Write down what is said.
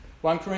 One